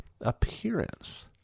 appearance